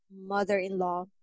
mother-in-law